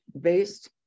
based